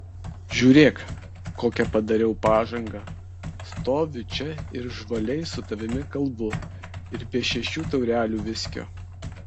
žiūrėk kokią padariau pažangą stoviu čia ir žvaliai su tavimi kalbu ir be šešių taurelių viskio